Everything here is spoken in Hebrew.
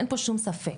אין פה שום ספק.